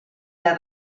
nel